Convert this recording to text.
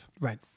Right